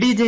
DJ